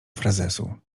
frazesu